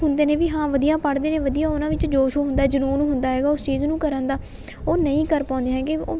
ਹੁੰਦੇ ਨੇ ਵੀ ਹਾਂ ਵਧੀਆ ਪੜ੍ਹਦੇ ਨੇ ਵਧੀਆ ਉਹਨਾਂ ਵਿੱਚ ਜੋਸ਼ ਹੁੰਦਾ ਜਨੂੰਨ ਹੁੰਦਾ ਹੈਗਾ ਉਸ ਚੀਜ਼ ਨੂੰ ਕਰਨ ਦਾ ਉਹ ਨਹੀਂ ਕਰ ਪਾਉਂਦੇ ਹੈਗੇ ਉਹ